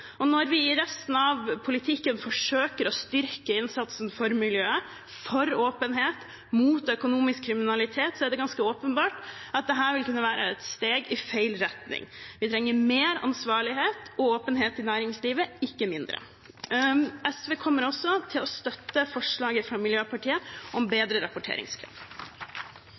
Og når vi i resten av politikken forsøker å styrke innsatsen for miljøet, for åpenhet og mot økonomisk kriminalitet, er det ganske åpenbart at dette vil kunne være et steg i feil retning. Vi trenger mer ansvarlighet og åpenhet i næringslivet, ikke mindre. SV kommer også til å støtte forslaget fra MDG om bedre rapporteringskrav.